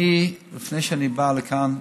אני, לפני שאני בא לכאן,